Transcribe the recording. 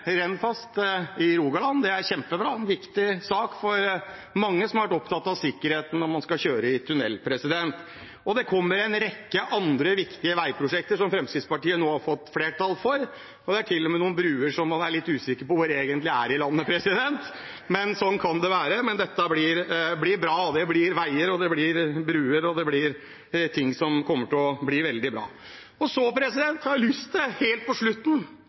Rennfast i Rogaland. Det er kjempebra – en viktig sak for mange som har vært opptatt av sikkerheten når man skal kjøre i tunell. Og det kommer en rekke andre viktige veiprosjekter som Fremskrittspartiet nå har fått flertall for. Det er til og med noen bruer som man er litt usikker på hvor egentlig er i landet, men sånn kan det være. Men dette blir bra. Det blir veier, og det blir bruer, og det blir ting som kommer til å bli veldig bra. Så har jeg lyst til helt på slutten